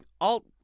alt